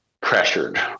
pressured